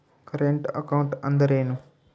Current account ಅಂದರೇನು?